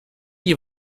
die